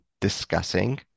discussing